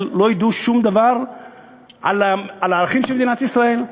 לא ידעו שום דבר על הערכים של מדינת ישראל?